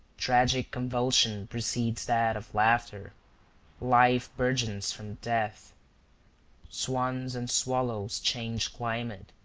tragic convulsion precedes that of laughter life burgeons from death swans and swallows change climate,